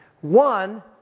one